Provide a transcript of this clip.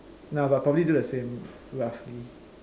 no but I'll probably do the same roughly